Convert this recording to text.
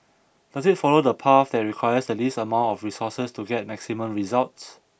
does it follow the path that requires the least amount of resources to get maximum results